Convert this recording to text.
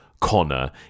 Connor